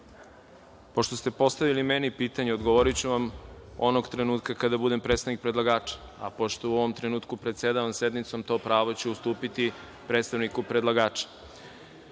Pošto ste postavili meni pitanje, odgovoriću vam onog trenutka kada budem predstavnik predlagača. Pošto u ovom trenutku predsedavam sednicom, to pravo ću ustupiti predstavniku predlagača. Gospođa